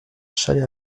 chalet